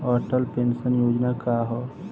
Atal pension योजना का ह?